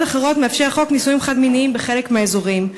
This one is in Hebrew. אחרות מאפשר החוק נישואים חד-מיניים בחלק מהאזורים.